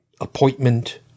appointment